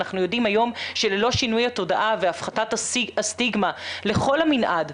אנחנו יודעים היום שללא שינוי התודעה והפחתת הסטיגמה לכל המנעד,